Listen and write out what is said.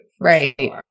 right